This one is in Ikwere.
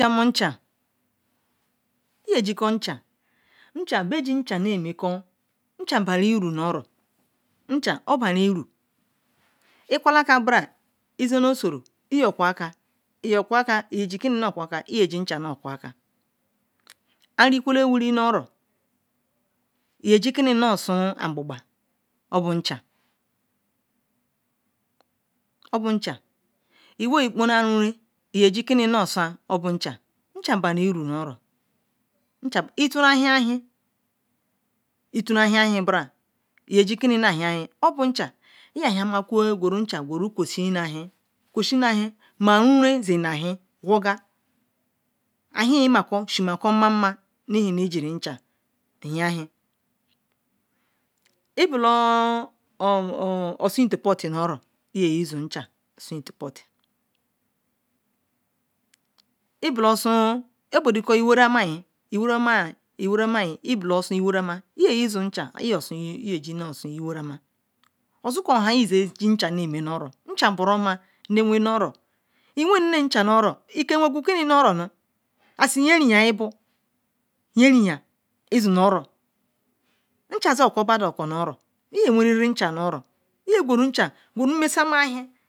ajigam chan chan baru iru ben najiko chan na mekol nchan bani ru eguar bala aker izenne osoro iyaji kini nu quar aker iji chan anu rikwele wiri nuoro iya jikini nu osum an gban iya jikini obol nchanlwoi kpola runne iya jikini ni sun obochan eturan hanhin iya jikini nna hen hen obo chan iya huru nchan kwushin nu hen ma runue zin nu nahen whorgal inneshin mmama l hen nu ljirichan henhin ibela osun itakport iya jichan or iworenma yi iya ji chan ozi han izen ji chan namen nchan broma iwenne oro iwen nchan nu oro iwengul kini nu oro nu assi yerinyin ibunchan sul kol bodon nu oro iya wenriri nchan nu oro guru mens ammahin